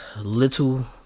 Little